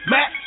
Mac